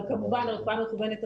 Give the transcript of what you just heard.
אבל כמובן רפואה מקוונת,